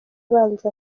ibanza